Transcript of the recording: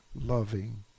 loving